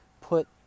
put